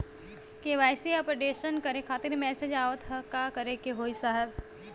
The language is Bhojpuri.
के.वाइ.सी अपडेशन करें खातिर मैसेज आवत ह का करे के होई साहब?